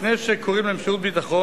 לפני שקוראים להם לשירות ביטחון,